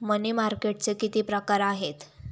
मनी मार्केटचे किती प्रकार आहेत?